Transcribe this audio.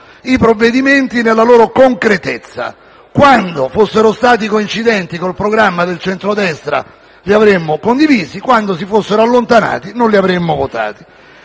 i provvedimenti nella loro concretezza: quando fossero stati coincidenti con il programma del centrodestra li avremmo condivisi, quando se ne fossero allontanati, non li avremmo votati.